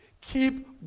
Keep